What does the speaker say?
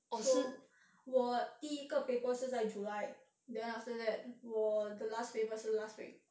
so 我第一个 paper 在是在 july then after that 我的 last paper 是 last week